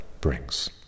brings